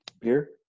beer